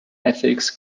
ethics